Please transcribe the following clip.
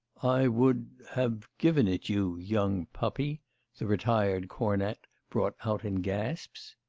i would. have given it you. young puppy the retired cornet brought out in gasps.